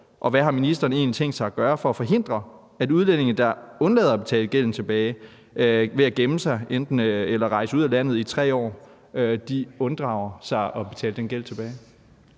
og hvad har ministeren egentlig tænkt sig at gøre for at forhindre, at udlændinge undlader at betale tilbage på deres su-gæld ved at gemme sig eller rejse ud af landet i 3 år og dermed unddrage sig betaling? Kl.